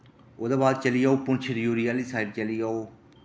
ओह्दे बाद चली जाओ पूंछ रजौरी आह्ली साइड चली जाओ